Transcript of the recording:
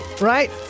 right